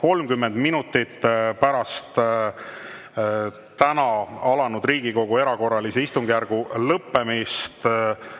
30 minutit pärast Riigikogu erakorralise istungjärgu lõppemist